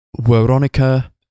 veronica